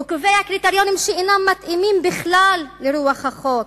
הוא קובע קריטריונים שאינם מתאימים בכלל לרוח החוק.